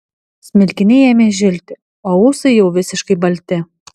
smilkiniai ėmė žilti o ūsai jau visiškai balti